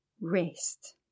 rest